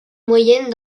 moyenne